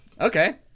Okay